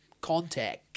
contact